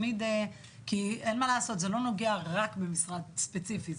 כי אין מה לעשות זה לא נוגע רק במשרד ספציפי,